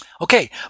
okay